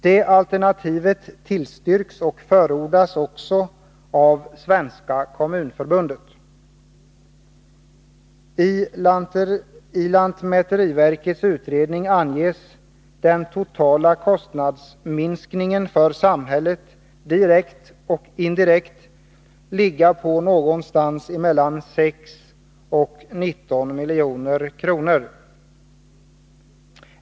Det alternativet tillstyrks och förordas också av Svenska kommunförbundet. I lantmäteriverkets utredning anges den totala kostnadsminskningen för samhället direkt och indirekt ligga någonstans mellan 6 och 19 milj.kr.